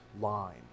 line